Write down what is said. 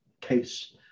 case